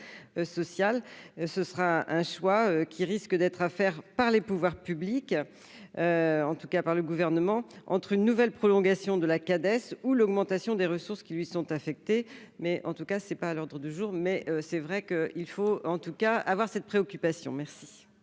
ce sera un choix qui risque d'être affaire par les pouvoirs publics, en tout cas, par le gouvernement entre une nouvelle prolongation de la cadette ou l'augmentation des ressources qui lui sont affectés, mais en tout cas ce n'est pas à l'ordre du jour, mais c'est vrai qu'il faut en tout cas avoir cette préoccupation mais.